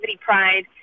Pride